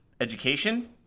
education